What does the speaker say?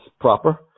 proper